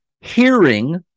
hearing